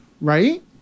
right